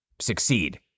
Succeed